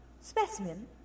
Specimen